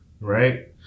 right